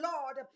Lord